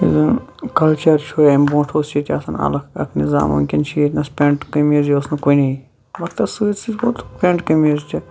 یُس زَن کَلچَر چھُ امہِ بونٛٹھ اوس ییٚتہِ آسان اَلَگ اکھ نِظام ونکیٚن چھُ یتنَس پیٚنٛٹ قمیضٕے ٲسۍ نہٕ کُنے وَقتَس سۭتۍ سۭتۍ ووت پیٚنٛٹ قمیض تہِ